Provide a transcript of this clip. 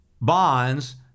bonds